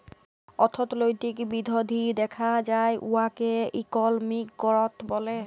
অথ্থলৈতিক বিধ্ধি দ্যাখা যায় উয়াকে ইকলমিক গ্রথ ব্যলে